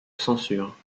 censure